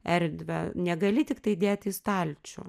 erdvę negali tiktai dėti į stalčių